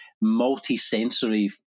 multi-sensory